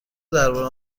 درباره